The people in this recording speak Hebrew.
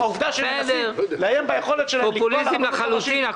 העובדה שמנסים לאיים ביכולת של --- פופוליזם לחלוטין.